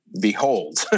behold